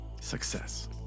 Success